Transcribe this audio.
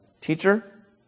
Teacher